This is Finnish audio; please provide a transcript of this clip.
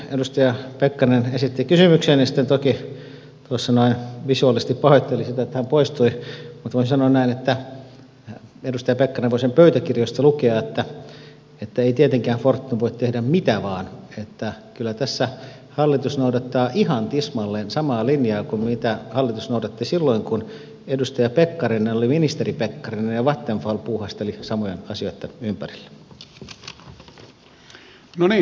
edustaja pekkarinen esitti kysymyksen ja sitten toki tuossa noin visuaalisesti pahoitteli sitä että hän poistui mutta voin sanoa näin että edustaja pekkarinen voi sen pöytäkirjoista lukea että ei tietenkään fortum voi tehdä mitä vain että kyllä tässä hallitus noudattaa ihan tismalleen samaa linjaa kuin mitä hallitus noudatti silloin kun edustaja pekkarinen oli ministeri pekkarinen ja vattenfall puuhasteli samojen asioitten ympärillä